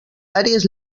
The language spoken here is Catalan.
àrees